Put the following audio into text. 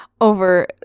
over